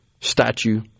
statue